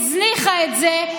הזניחה את זה,